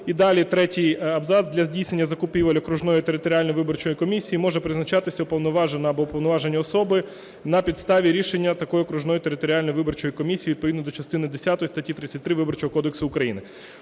і далі третій абзац, – для здійснення закупівель окружної (територіальної) виборчої комісії може призначатися уповноважена або уповноважені особи на підставі рішення такої окружної (територіальної) виборчої комісії відповідно до частини десятої статті 33 Виборчого кодексу України".